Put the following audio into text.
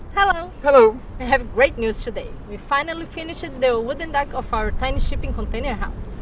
hello. hello. i have great news today! we finally finished the wooden deck of our tiny shipping container house.